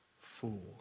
fool